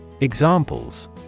Examples